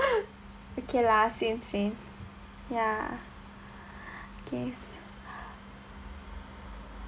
okay lah same same ya okay s~